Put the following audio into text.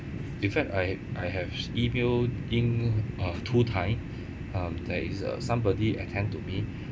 in fact I I have emailed in uh two time um there is uh somebody attend to me